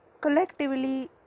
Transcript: Collectively